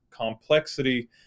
complexity